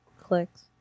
clicks